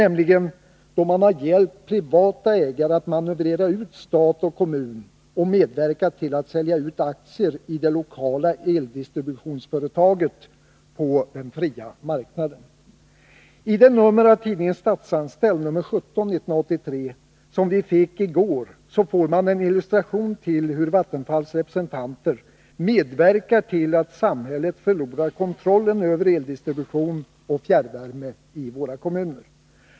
Man har nämligen hjälpt privata ägare att manövrera ut stat och kommun och medverkat till att sälja ut aktierna i det lokala eldistributionsföretaget på den fria marknaden. I det nummer av tidningen Statsanställd, 1983:17, som vi fick i går, illustreras hur Vattenfalls representanter medverkar till att samhället förlorar kontrollen över eldistribution och fjärrvärme i våra kommuner.